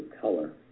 color